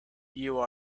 you